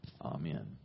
Amen